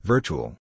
Virtual